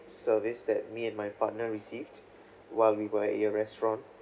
service that me and my partner received while we were at your restaurant